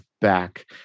back